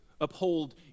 uphold